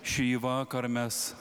šįvakar mes